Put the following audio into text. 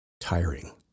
tiring